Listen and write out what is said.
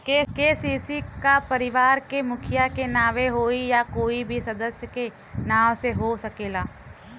KCC का परिवार के मुखिया के नावे होई या कोई भी सदस्य के नाव से हो सकेला?